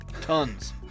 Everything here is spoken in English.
Tons